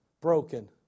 broken